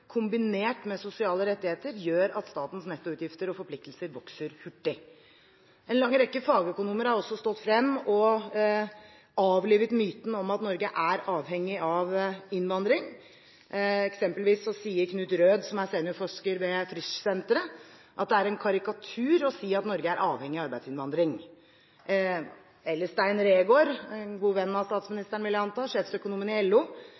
kombinert med sosiale rettigheter, gjør at statens nettoutgifter og forpliktelser vokser hurtig. En lang rekke fagøkonomer har også stått frem og avlivet myten om at Norge er avhengig av innvandring. Eksempelvis sier Knut Røed, som er seniorforsker ved Frischsenteret, at det «er en karikatur å si at Norge er avhengig av arbeidsinnvandring» – og Stein Reegård, en god venn av statsministeren, vil jeg anta, sjefsøkonomen i LO,